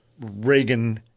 Reagan –